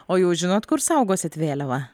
o jau žinot kur saugosit vėliavą